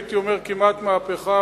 הייתי אומר כמעט מהפכה,